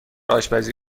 آشپزی